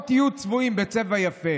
פה,